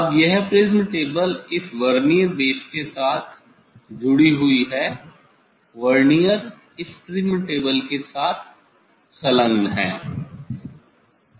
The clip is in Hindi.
अब यह प्रिज़्म टेबल इस वर्नियर बेस के साथ जुड़ी हुई है वर्निअर इस प्रिज्म टेबल के साथ संलग्न है